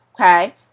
okay